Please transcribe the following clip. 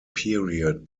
period